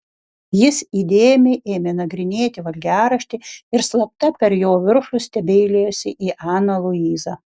jis įdėmiai ėmė nagrinėti valgiaraštį ir slapta per jo viršų stebeilijosi į aną luizą